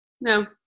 no